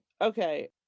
Okay